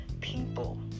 people